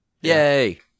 Yay